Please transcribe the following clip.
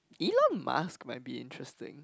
Elon-Musk might be interesting